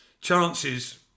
chances